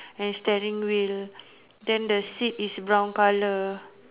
and steering wheel then the seat is brown colour